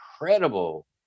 incredible